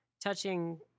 touching